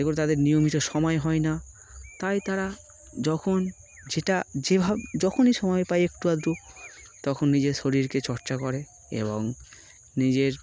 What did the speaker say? এগুলো তাদের নিয়মিত সময় হয় না তাই তারা যখন যেটা যেভাবে যখনই সময় পায় একটু আদু তখন নিজের শরীরকে চর্চা করে এবং নিজের